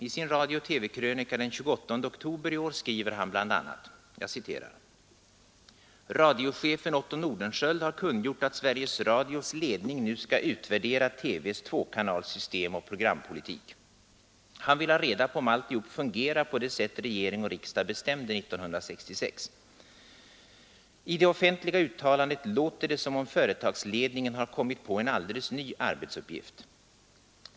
I sin radiooch TV-krönika den 28 oktober i år skriver han bl.a.: ”Radiochefen Otto Nordenskiöld har kungjort att Sveriges Radios ledning nu skall ”utvärdera” TV:s tvåkanalsystem och programpolitik. Han vill ha reda på om alltihop fungerar på det sätt regering och riksdag bestämde 1966. I det offentliga uttalandet låter det som om företagsledningen har kommit på en alldeles ny arbetsuppgift.